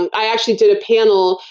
and i actually did a panel,